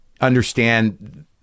understand